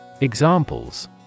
Examples